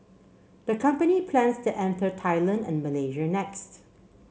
the company plans to enter Thailand and Malaysia next